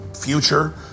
future